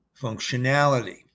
functionality